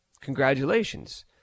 congratulations